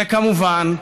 וכמובן,